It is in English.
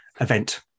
event